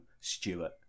Stewart